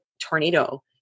tornado